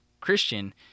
Christian